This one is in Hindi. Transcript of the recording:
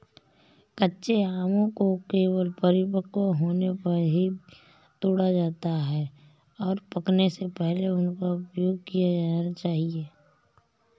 कच्चे आमों को केवल परिपक्व होने पर ही तोड़ा जाता है, और पकने से पहले उनका उपयोग किया जाना चाहिए